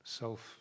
self